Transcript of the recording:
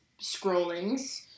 scrollings